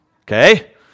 Okay